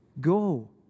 Go